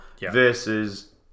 versus